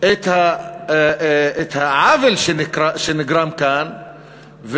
את העוול שנגרם כאן,